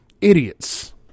Idiots